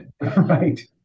right